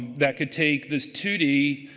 that could take this two d,